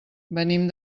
venim